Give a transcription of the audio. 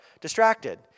distracted